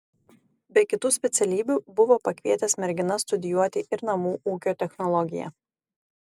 be kitų specialybių buvo pakvietęs merginas studijuoti ir namų ūkio technologiją